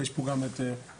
ויש פה גם את סי,